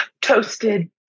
Toasted